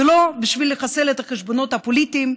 ולא בשביל לחסל את החשבונות הפוליטיים,